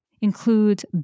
includes